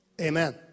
Amen